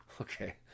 Okay